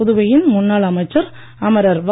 புதுவையின் முன்னாள் அமைச்சர் அமரர் வ